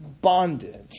bondage